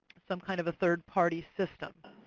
some kind of a third-party system.